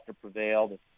prevailed